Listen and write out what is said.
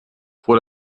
vor